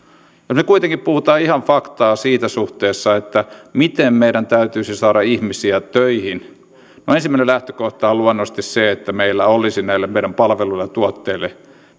nyt kuitenkin puhutaan ihan faktaa siinä suhteessa miten meidän täytyisi saada ihmisiä töihin ensimmäinen lähtökohta on luonnollisesti se että meillä olisi näille meidän palveluille ja tuotteille